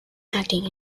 acting